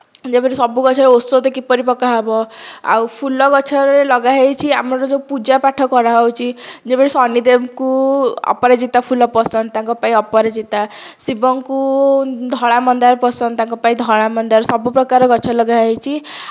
ଯେପରି ସବୁ ଗଛରେ ଔଷଧ କିପରି ପକାହେବ ଆଉ ଫୁଲ ଗଛରେ ଲଗାହୋଇଛି ଆମର ଯେଉଁ ପୂଜାପାଠ କରାହେଉଛି ଯେପରି ଶନିଦେବଙ୍କୁ ଅପରାଜିତା ଫୁଲ ପସନ୍ଦ ତାଙ୍କ ପାଇଁ ଅପରାଜିତା ଶିବଙ୍କୁ ଧଳା ମନ୍ଦାର ପସନ୍ଦ ତାଙ୍କ ପାଇଁ ଧଳା ମନ୍ଦାର ସବୁ ପ୍ରକାର ଗଛ ଲଗାହୋଇଛି